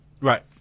Right